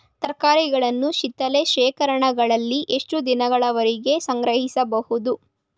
ತರಕಾರಿಗಳನ್ನು ಶೀತಲ ಶೇಖರಣೆಗಳಲ್ಲಿ ಎಷ್ಟು ದಿನಗಳವರೆಗೆ ಸಂಗ್ರಹಿಸಬಹುದು?